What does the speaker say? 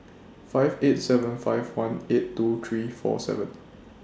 five eight seven five one eight two three four seven